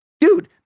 Dude